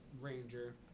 ranger